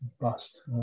bust